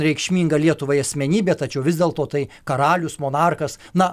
reikšminga lietuvai asmenybė tačiau vis dėlto tai karalius monarkas na